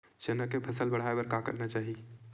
चना के फसल बढ़ाय बर का करना चाही?